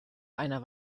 einer